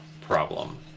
problem